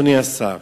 אדוני השר,